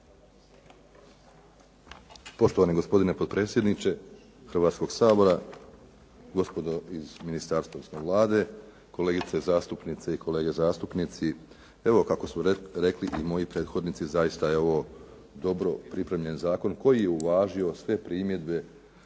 Poštovani gospodine potpredsjedniče Hrvatskoga sabora, gospodo iz Ministarstva odnosno Vlade, kolegice zastupnice i kolege zastupnici. Evo kako su rekli i moji prethodnici zaista je ovo dobro pripremljen Prijedlog koji je uvažio sve primjedbe,